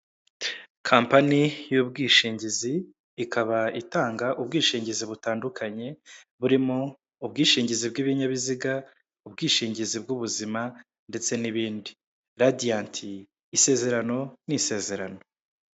Kampani y'ubwishingizi ikaba itanga ubwishingizi butandukanye burimo, ubwishingizi bw'ibinyabiziga ubwishingizi bw'ubuzima ndetse n'ibindi radianti isezerano ni isezerano.